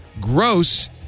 gross